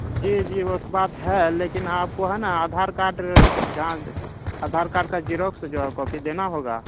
جی جی وہ تو بات ہے لیکن آپ کو ہے نا آدھار کارڈ آدھار کارڈ کا جیراکس جو ہے کاپی دینا ہوگا